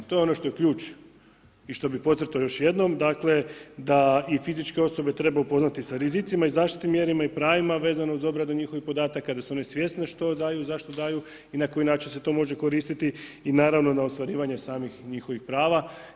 To je ono što je ključ i što bih podcrtao još jednom, dakle da i fizičke osobe treba upoznati sa rizicima i zaštitnim mjerima i pravima vezano uz obradu njihovih podataka, da su oni svjesni što daju, zašto daju i na koji način se to može koristiti i naravno na ostvarivanje samih njihovih prava.